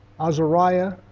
Azariah